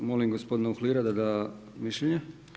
Molim gospodina Uhlira da da mišljenje.